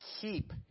keep